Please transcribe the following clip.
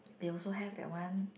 they also have that one